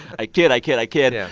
i kid. i kid. i kid. yeah